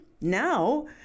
now